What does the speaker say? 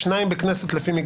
בכנסת?